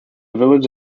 village